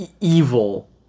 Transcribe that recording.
evil